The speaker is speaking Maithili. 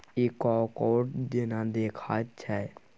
इ कॉकोड़ जेना देखाइत छै